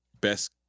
best